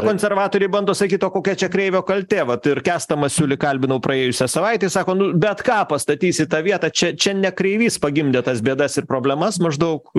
konservatoriai bando sakyt o kokia čia kreivio kaltė vat ir kęstą masiulį kalbinau praėjusią savaitę jis sako nu bet ką pastatys į tą vietą čia čia ne kreivys pagimdė tas bėdas ir problemas maždaug